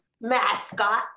mascot